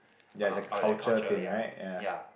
(uh huh) orh that culture ya ya